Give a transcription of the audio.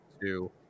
two